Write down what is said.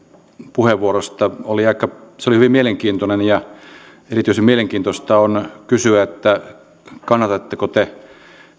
puheenvuorosta se oli hyvin mielenkiintoinen ja erityisen mielenkiintoista on kysyä kannatatteko te